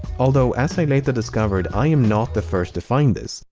although, as i later discovered, i am not the first to find this.